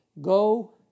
Go